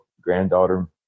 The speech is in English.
granddaughter